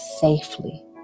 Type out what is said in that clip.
safely